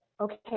okay